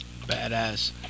Badass